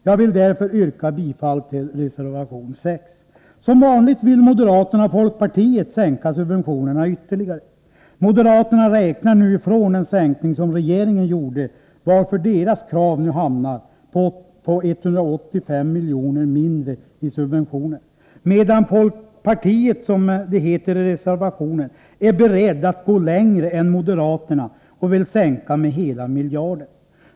Jag vill därför yrka bifall till reservation 6. Som vanligt vill moderaterna och folkpartiet sänka subventionerna ytterligare. Moderaterna räknar nu ifrån den sänkning som regeringen gjorde. Därför hamnar nu deras krav på 185 miljoner mindre i subventioner. Folkpartiet är, som det heter i reservationen, berett att gå längre än moderaterna och vill sänka med hela miljarden.